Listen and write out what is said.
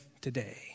today